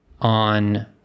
on